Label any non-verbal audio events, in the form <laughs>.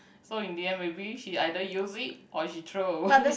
so in the end maybe she either use it or she throw away <laughs>